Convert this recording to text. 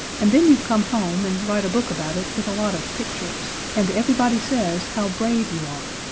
and then you come home and write a book about it with a lot of pictures, and everybody says how brave you are.